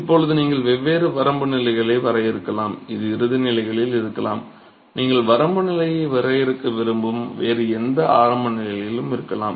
இப்போது நீங்கள் வெவ்வேறு வரம்பு நிலைகளை வரையறுக்கலாம் இது இறுதி நிலைகளில் இருக்கலாம் நீங்கள் வரம்பு நிலையை வரையறுக்க விரும்பும் வேறு எந்த ஆரம்ப நிலைகளிலும் இருக்கலாம்